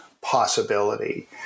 possibility